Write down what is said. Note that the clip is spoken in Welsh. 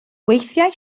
weithiau